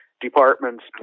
departments